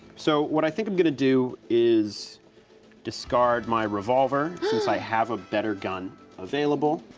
so what i think i'm gonna do is discard my revolver, since i have a better gun available.